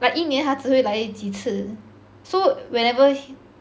like 一年他只会来几次 so whenever